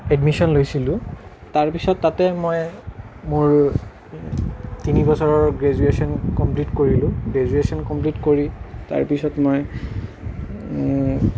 admission লৈছিলোঁ তাৰ পিছত তাতে মই মোৰ তিনি বছৰৰ গ্ৰেজুয়েশ্যন কম্প্লিট কৰিলোঁ গ্ৰেজুয়েশ্যন কম্প্লিট কৰি তাৰ পিছত মই